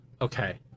okay